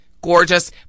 gorgeous